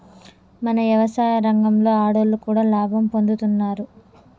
మన యవసాయ రంగంలో ఆడోళ్లు కూడా లాభం పొందుతున్నారు